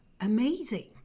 amazing